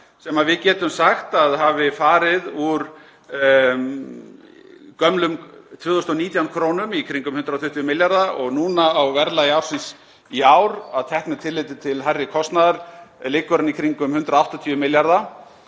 sem við getum sagt að hafi farið úr gömlum 2019 krónum, í kringum 120 milljarða, og liggur núna á verðlagi ársins í ár, að teknu tilliti til hærri kostnaðar, í kringum 180 milljarða.